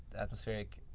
atmospheric